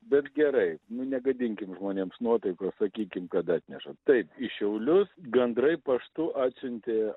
bet gerai nu negadinkim žmonėms nuotaikos sakykim kad atneša taip į šiaulius gandrai paštu atsiuntė